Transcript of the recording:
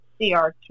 crt